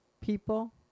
people